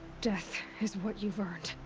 death. is what you've earned.